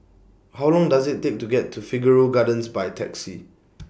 How Long Does IT Take to get to Figaro Gardens By Taxi